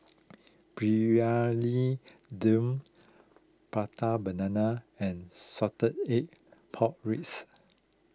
Briyani Dum Prata Banana and Salted Egg Pork Ribs